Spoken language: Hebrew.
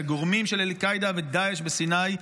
את הגורמים של אל-קאעידה ודאעש בסיני,